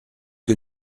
que